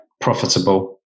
profitable